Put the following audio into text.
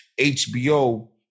HBO